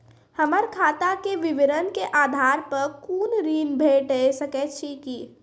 हमर खाता के विवरण के आधार प कुनू ऋण भेट सकै छै की?